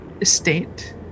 Estate